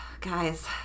Guys